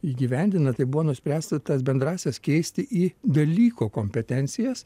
įgyvendina tai buvo nuspręsta tas bendrąsias keisti į dalyko kompetencijas